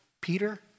Peter